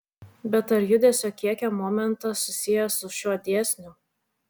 bet ar judesio kiekio momentas susijęs su šiuo dėsniu